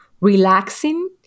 relaxing